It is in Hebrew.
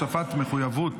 הוספת מחויבות